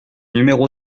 numéro